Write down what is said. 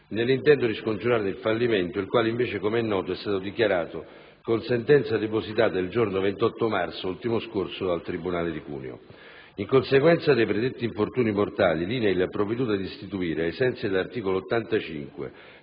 nell'intento di scongiurarne il fallimento il quale, invece, come è noto, è stato dichiarato con sentenza depositata il giorno 28 marzo ultimo scorso dal tribunale di Cuneo. In conseguenza dei predetti infortuni mortali, l'INAIL ha provveduto ad istituire, ai sensi dell'articolo 85